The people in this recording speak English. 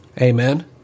Amen